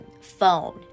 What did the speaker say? phone